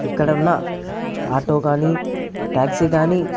ఇక్కడ ఉన్న ఆటో కాని టాక్సీ కాని